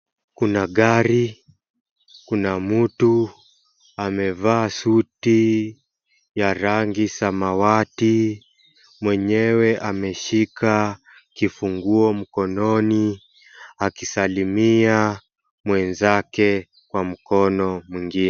Kuna gari kuna mtu amevaa suti ya rangi samawati mwenyewe ameshika kifunguo mkononi akisalimia mwenzake kwa mkono mwingine.